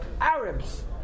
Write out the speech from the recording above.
Arabs